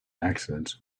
accidents